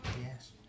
Yes